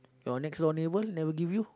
your next door neighbour never give you